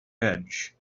edge